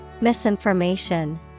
Misinformation